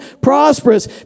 prosperous